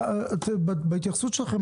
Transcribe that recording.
בהתייחסות שלכם,